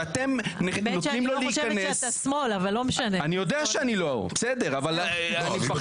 כשאתם נותנים לו להיכנס --- לימור סון הר מלך